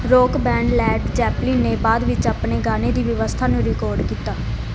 rock band Led Zeppelin ਨੇ ਬਾਅਦ ਵਿੱਚ ਆਪਣੇ ਗਾਣੇ ਦੀ ਵਿਵਸਥਾ ਨੂੰ ਰਿਕੋਰਡ ਕੀਤਾ